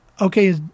okay